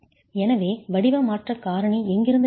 எனவே வடிவ மாற்ற காரணி எங்கிருந்து வருகிறது